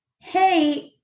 Hey